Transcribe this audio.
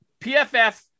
PFF